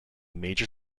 major